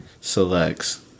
selects